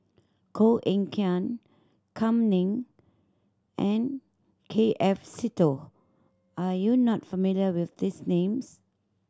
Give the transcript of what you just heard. Koh Eng Kian Kam Ning and K F Seetoh are you not familiar with these names